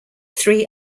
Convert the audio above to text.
three